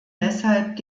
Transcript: deshalb